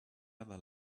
other